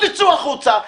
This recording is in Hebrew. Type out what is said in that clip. תצאו החוצה,